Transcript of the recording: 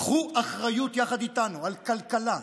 קחו אחריות יחד איתנו על כלכלה,